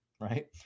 right